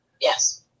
Yes